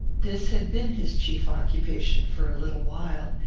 this had been his chief occupation for a little while,